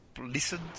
listened